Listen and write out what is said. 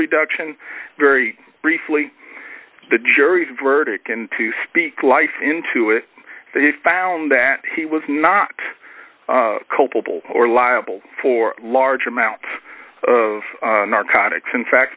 reduction very briefly the jury's verdict and to speak life into it they found that he was not culpable or liable for large amounts of narcotics in fact